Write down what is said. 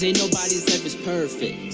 nobody's perfect